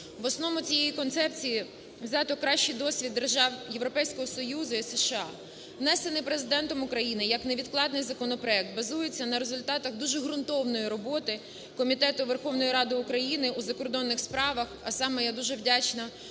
В основі цієї концепції взято кращий досвід держав Європейського Союзу і США. Внесений Президентом України, як невідкладний законопроект, базується на результатах дуже ґрунтовної роботи Комітету Верховної Ради України у закордонних справах, а саме я дуже вдячна